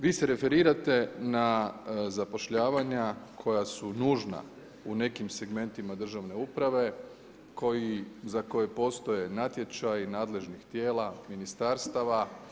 Vi se referirate, na zapošljavanja koja su nužna u nekim segmentima državne uprave, za koje postoje natječaji nadležnih tijela, ministarstava.